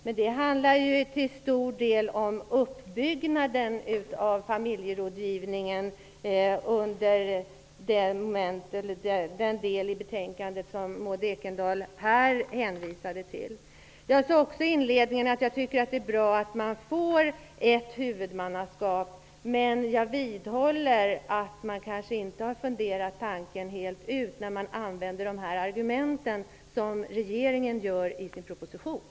Men det som står i den del av betänkandet som Maud Ekendahl hänvisar till handlar ju till stor del om uppbyggnaden av familjerådgivningen. I inledningen sade jag också att jag tycker att det är bra att man får ett enhetligt huvudmannaskap. Men jag vidhåller att man i regeringen kanske inte har tänkt tanken fullt ut, när man använder de argument som finns i propositionen.